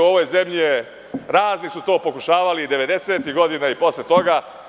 U ovoj zemlji razni su to pokušavali i 90-ih godina i posle toga.